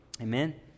Amen